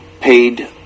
paid